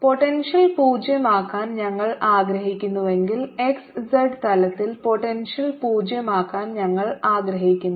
potential പൂജ്യമാക്കാൻ ഞങ്ങൾ ആഗ്രഹിക്കുന്നുവെങ്കിൽ x z തലത്തിൽ പോട്ടെൻഷ്യൽ പൂജ്യമാക്കാൻ ഞങ്ങൾ ആഗ്രഹിക്കുന്നു